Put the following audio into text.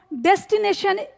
destination